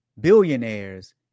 billionaires